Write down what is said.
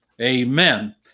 amen